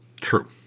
true